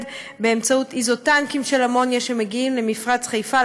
באמצעות איזוטנקים של אמוניה שמגיעים למפרץ חיפה,